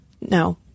no